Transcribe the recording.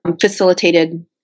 facilitated